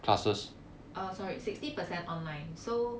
uh sorry sixty percent online so